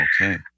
Okay